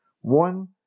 one